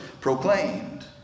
proclaimed